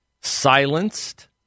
silenced